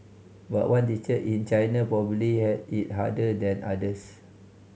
but one teacher in China probably had it harder than others